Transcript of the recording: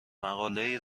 مقالهای